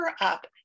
up